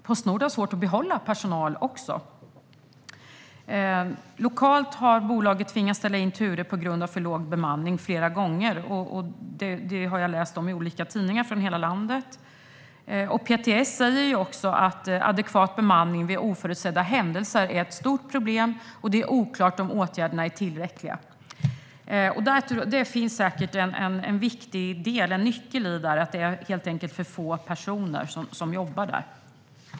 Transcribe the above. Postnord har även svårt att behålla personal. Lokalt har bolaget flera gånger tvingats ställa in turer på grund av för låg bemanning. Detta har jag läst om i olika tidningar från hela landet. PTS säger också att adekvat bemanning vid oförutsedda händelser är ett stort problem, och det är oklart om åtgärderna är tillräckliga. Det finns säkert en nyckel där: att det helt enkelt är för få personer som jobbar där.